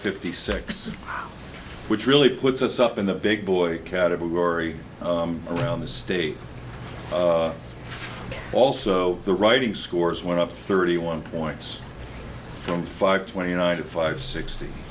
fifty six which really puts us up in the big boy category around the state also the writing scores went up thirty one points from five twenty nine to five sixty